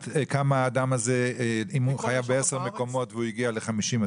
אם האדם הזה חייב בעשר מקומות והוא הגיע ל-50,000,